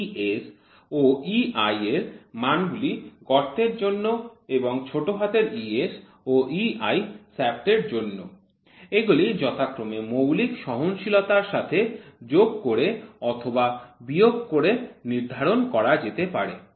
ES ও EI এর মানগুলি গর্তের জন্য এবং es ও ei শ্য়াফ্ট এর জন্য এগুলি যথাক্রমে মৌলিক সহনশীলতার সাথে যোগ করে অথবা বিয়োগ করে নির্ধারিন করা যেতে পারে